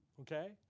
Okay